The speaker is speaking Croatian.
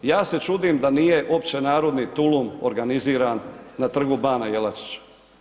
Ja se čudim da nije opće narodni tulum organiziran na Trgu bana Jelačića.